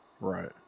Right